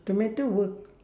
tomato work